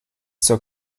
zur